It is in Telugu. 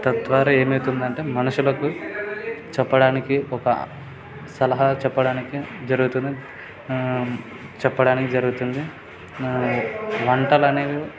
తద్వారా ఏమవుతుందంటే మనుషులకు చెప్పడానికి ఒక సలహా చెప్పడానికి జరుగుతుంది చెప్పడానికి జరుగుతుంది వంటలు అనేవి